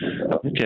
Okay